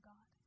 God